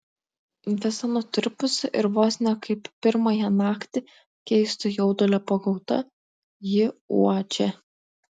visa nutirpusi ir vos ne kaip pirmąją naktį keisto jaudulio pagauta ji uodžia